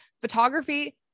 Photography